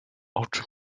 oczy